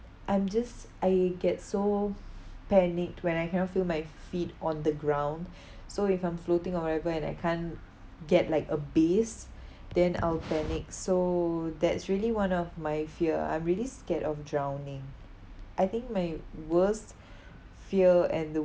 I'm just I get so panic when I cannot feel my f~ feet on the ground so if I'm floating or whatever and I can't get like a base then I'll panic so that's really one of my fear I'm really scared of drowning I think my worst fear and